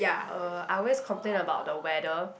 uh I always complain about the weather